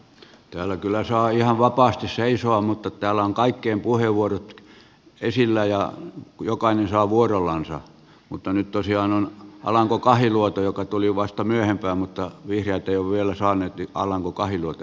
täällä kyllä saa ihan vapaasti seisoo mutta täällä on kaikkien puheenvuorot esillä ja jokainen saa vuorollaan ja mutta nyt tosiaan on alanko kahiluoto joka tuli vasta myöhempään mutta vihreä tee on vielä saaneet alanko kahiluoto